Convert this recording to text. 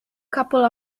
couple